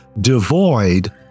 devoid